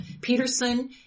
Peterson